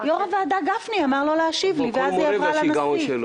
הוועדה גפני אמר לו להשיב לי ואז היא עברה לנשיא.